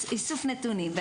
איסוף נתונים.